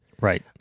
Right